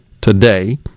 today